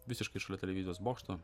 visiškai šalia televizijos bokšto